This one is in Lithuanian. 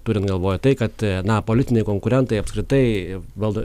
turint galvoj tai kad na politiniai konkurentai apskritai valdo